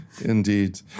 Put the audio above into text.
Indeed